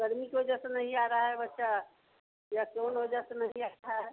गर्मी के वजह से नहीं आ रहा है बच्चा या कौन वजह से नहीं आ रहा है